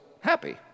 happy